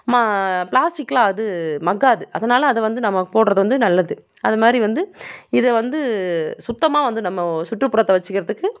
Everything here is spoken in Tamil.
ம பிளாஸ்டிக்லாம் அது மக்காது அதனால் அதை வந்து நம்ம போடுறது வந்து நல்லது அதுமாதிரி வந்து இதை வந்து சுத்தமாக வந்து நம்ம சுற்றுப்புறத்தை வச்சுக்கிறதுக்கு